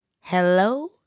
Hello